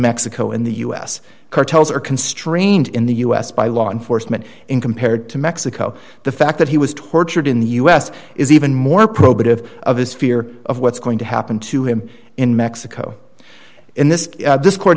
mexico in the us cartels are constrained in the us by law enforcement in compared to mexico the fact that he was tortured in the us is even more probative of his fear of what's going to happen to him in mexico in this this court